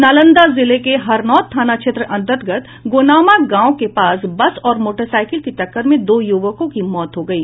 नालंदा जिले के हरनौत थाना क्षेत्र अंतर्गत गोनामा गांव के पास बस और मोटरसाईकि की टक्कर में दो युवकों की मौत हो गयी